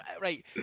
right